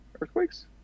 earthquakes